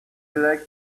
like